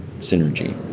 synergy